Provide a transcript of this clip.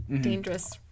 dangerous